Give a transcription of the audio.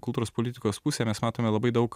kultūros politikos pusę mes matome labai daug